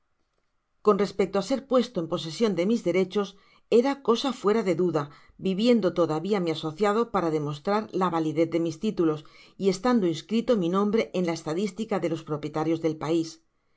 con respecto á ser puesto en posesion de mis derechos era cosa fuera de duda viviendo todavía mi asociado para demostrar la validez de mis títulos y estando inscrito mi nombre ea la estadistica de los propietarios del pais me